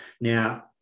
Now